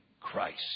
Christ